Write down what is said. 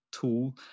tool